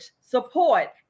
support